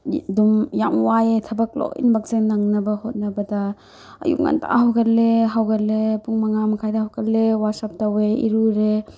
ꯑꯗꯨꯝ ꯌꯥꯝ ꯋꯥꯏꯑꯦ ꯊꯕꯛ ꯂꯣꯏꯅꯃꯛꯁꯦ ꯅꯪꯅꯕ ꯍꯣꯠꯅꯕꯗ ꯑꯌꯨꯛ ꯉꯥꯟꯇꯥ ꯍꯧꯒꯠꯂꯦ ꯍꯧꯒꯠꯂꯦ ꯄꯨꯡ ꯃꯉꯥ ꯃꯈꯥꯏꯗ ꯍꯧꯒꯠꯂꯦ ꯋꯥꯁꯑꯞ ꯇꯧꯔꯦ ꯏꯔꯨꯖꯔꯦ